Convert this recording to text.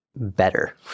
better